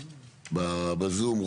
בזום.